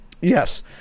Yes